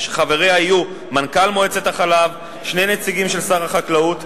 שחבריה יהיו מנכ"ל מועצת החלב ושני נציגים של שר החקלאות,